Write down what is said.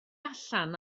allan